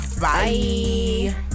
Bye